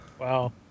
Wow